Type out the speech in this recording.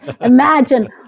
imagine